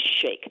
shake